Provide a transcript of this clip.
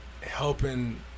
Helping